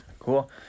Cool